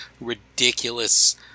ridiculous